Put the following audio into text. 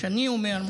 מה שאני אומר,